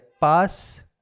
pass